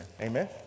Amen